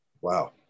Wow